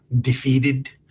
defeated